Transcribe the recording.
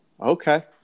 Okay